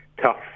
tough